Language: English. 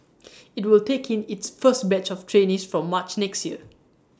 IT will take in its first batch of trainees from March next year